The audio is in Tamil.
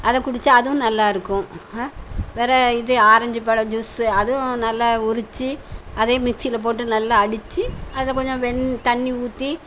அதை குடிச்சால் அதுவும் நல்லா இருக்கும் வேறு இது ஆரஞ்சு பழ ஜூஸு அதுவும் நல்லா உரித்து அதையும் மிக்ஸியில் போட்டு நல்லா அடித்து அதில் கொஞ்சம் வெண் தண்ணி ஊற்றி